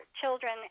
children